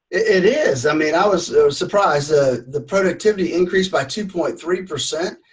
it is! i mean i was so surprised the productivity increased by two point three percent.